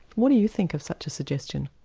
what do you think of such a suggestion?